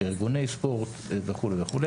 של ארגוני ספורט וכו'.